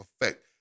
effect